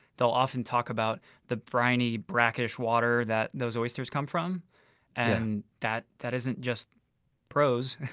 they'll often talk about the briny, brackish water that those oysters come from and that that isn't just prose,